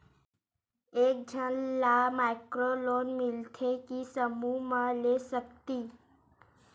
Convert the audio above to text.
एक झन ला माइक्रो लोन मिलथे कि समूह मा ले सकती?